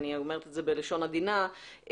ואני אומרת זאת בלשון עדינה,